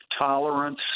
tolerance